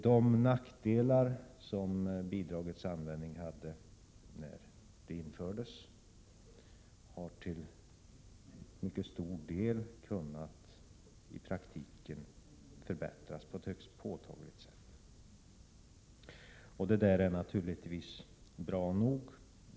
De nackdelar som bidragets användning hade när det infördes har i praktiken kunnat undanröjas på ett högst påtagligt sätt. Det är naturligtvis bra hog.